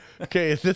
Okay